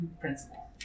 principle